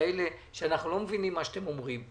לכאלה שאנחנו לא מבינים מה שאתם אומרים,